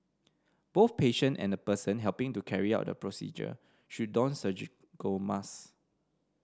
both patient and the person helping to carry out the procedure should don surgical mask